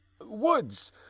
woods